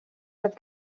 roedd